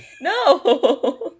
No